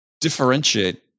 differentiate